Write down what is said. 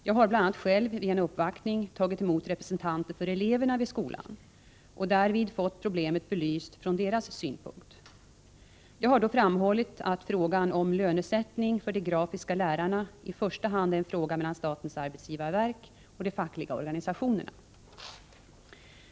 Jag har bl.a. själv vid en uppvaktning tagit emot representanter för eleverna vid skolan och därvid fått problemet belyst från deras synpunkt. Jag har då framhållit att frågan om lönesättningen för de grafiska lärarna i första hand är en fråga mellan statens arbetsgivarverk och de fackliga organisationerna.